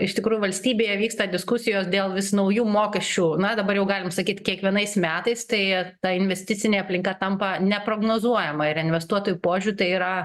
iš tikrųjų valstybėje vyksta diskusijos dėl vis naujų mokesčių na dabar jau galim sakyt kiekvienais metais tai ta investicinė aplinka tampa neprognozuojama ir investuotojų požiūriu tai yra